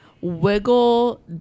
Wiggle